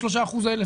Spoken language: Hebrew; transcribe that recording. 3% האלה,